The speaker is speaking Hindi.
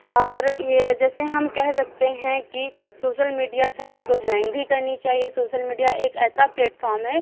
और या जैसे हम कह सकते हैं कि सोशल मीडिया सभी को जॉइन भी करनी चाहिए सोशल मीडिया एक ऐसा प्लेटफ़ॉम है